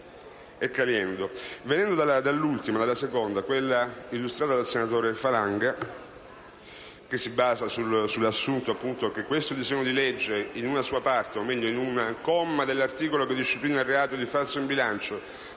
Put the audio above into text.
e Caliendo. La questione pregiudiziale QP2, illustrata dal senatore Falanga, si basa sull'assunto che questo disegno di legge in una sua parte, ovvero in un comma dell'articolo che disciplina il reato di falso in bilancio,